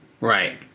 Right